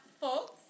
folks